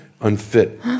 unfit